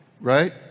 Right